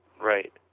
Right